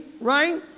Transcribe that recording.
right